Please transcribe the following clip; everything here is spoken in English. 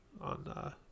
on